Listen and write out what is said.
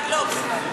לא, לוועידת גלובס.